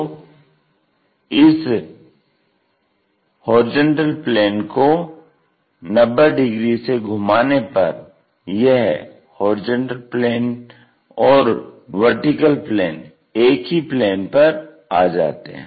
तो इस HP को 90 डिग्री से घुमाने पर यह HP और VP एक ही प्लेन पर आ जाते हैं